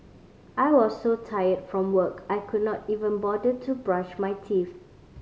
I was so tired from work I could not even bother to brush my teeth